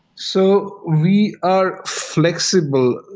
so we are flexible.